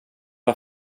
var